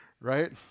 Right